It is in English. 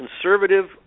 conservative